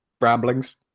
ramblings